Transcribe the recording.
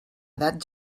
edat